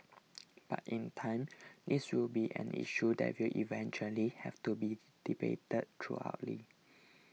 but in time this will be an issue that will eventually have to be debated throughout